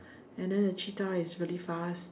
and then the cheetah is really fast